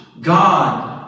God